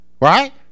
right